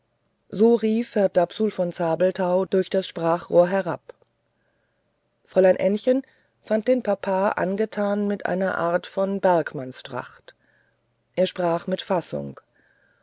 so rief herr dapsul von zabelthau durch das sprachrohr herab fräulein ännchen fand den papa angetan in einer art von bergmannstracht er sprach mit fassung